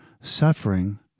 suffering